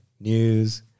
news